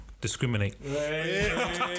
discriminate